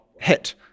hit